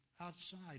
outside